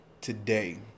today